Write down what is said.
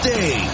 Day